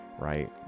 right